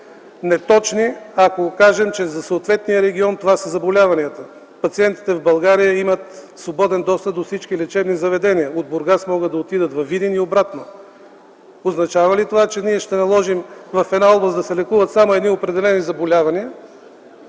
неточни, ако кажем, че за съответния регион това са заболяванията. Пациентите в България имат свободен достъп до всички лечебни заведения. От Бургас могат да отидат във Видин и обратно. Означава ли това, че ние ще наложим в една област да се лекуват само едни определени заболявания